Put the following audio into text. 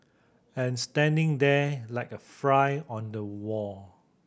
and standing there like a fry on the wall